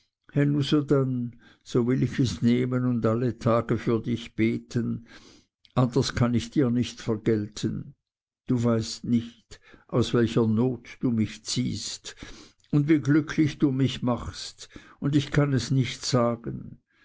so will ich es nehmen und alle tage für dich beten anders kann ich dir nicht vergelten du weißt nicht aus welcher not du mich ziehst und wie glücklich du mich machst und ich kann es nicht sagen